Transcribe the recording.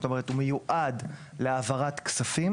זאת אומרת, הוא מיועד להעברת כספים.